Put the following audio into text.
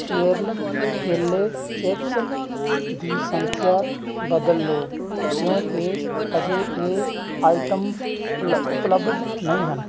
ਕੇਰਲ ਕੇਲੇ ਚਿਪਸ ਦੀ ਸੰਖਿਆ ਬਦਲ ਲਓ ਕਿਉਂਕਿ ਅਜੇ ਇਹ ਆਈਟਮਸ ਉ ਉਪਲੱਬਧ ਨਹੀਂ ਹਨ